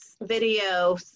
video